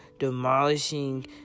Demolishing